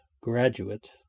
Graduate